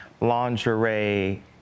lingerie